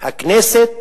הכנסת